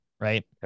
Right